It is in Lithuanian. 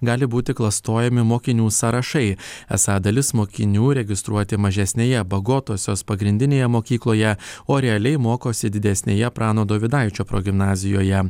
gali būti klastojami mokinių sąrašai esą dalis mokinių registruoti mažesnėje bagotosios pagrindinėje mokykloje o realiai mokosi didesnėje prano dovydaičio progimnazijoje